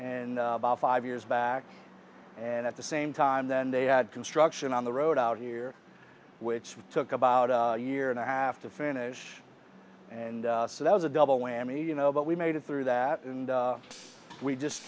and about five years back and at the same time then they had construction on the road out here which took about a year and a half to finish and so that was a double whammy you know but we made it through that and we just